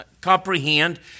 comprehend